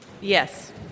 Yes